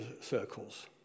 circles